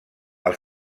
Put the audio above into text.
els